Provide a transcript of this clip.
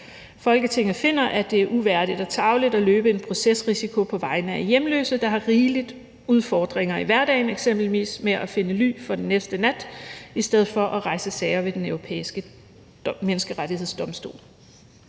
Folketinget finder, at det er uværdigt og tarveligt at løbe en procesrisiko på vegne af hjemløse, der har rigeligt med udfordringer i hverdagen eksempelvis med at finde ly for den næste nat, i stedet for at rejse sager ved Den Europæiske Menneskerettighedsdomstol.«